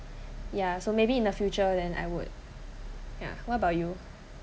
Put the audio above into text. ya so maybe in the future then I would ya what about you